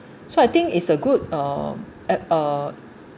so I think is a good uh at uh